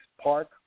Park